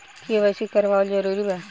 KYC करवावल जरूरी बा?